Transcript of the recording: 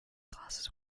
glasses